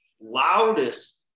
loudest